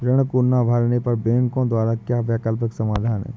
ऋण को ना भरने पर बैंकों द्वारा क्या वैकल्पिक समाधान हैं?